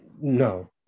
no